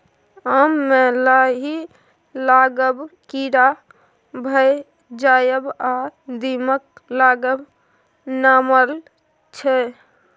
आम मे लाही लागब, कीरा भए जाएब आ दीमक लागब नार्मल छै